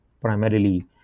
primarily